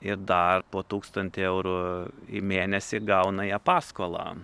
ir dar po tūkstantį eurų į mėnesį gauna jie paskolą